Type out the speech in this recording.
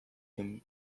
him